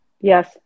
yes